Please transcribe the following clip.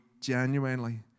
genuinely